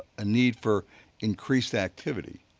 a need for increased activity,